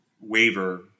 waiver